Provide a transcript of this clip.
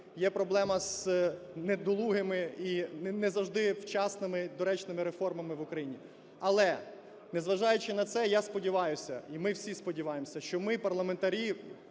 є проблема з недолугими і не завжди вчасними і доречними реформами в Україні. Але, незважаючи на це, я сподіваюся, і ми всі сподіваємося, що ми, парламентарі,